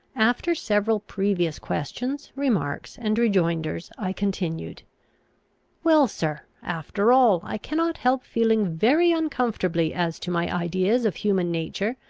after several previous questions, remarks, and rejoinders, i continued well, sir, after all, i cannot help feeling very uncomfortably as to my ideas of human nature,